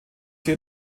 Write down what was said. sie